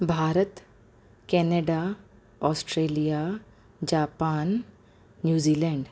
Bharat Canada Australia Japan New Zealand